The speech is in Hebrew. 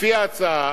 לפי ההצעה,